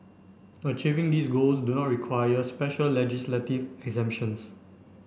achieving these goals do not require special legislative exemptions